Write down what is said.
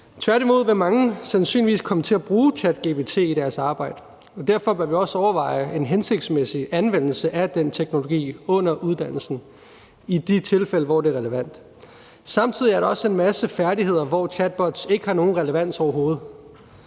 Tværtimod vil mange sandsynligvis komme til at bruge ChatGPT i deres arbejde, og derfor bør vi også overveje en hensigtsmæssig anvendelse af den teknologi under uddannelsen i de tilfælde, hvor det er relevant. Samtidig er der også en masse færdigheder, hvor chatbots ikke har nogen relevans overhovedet,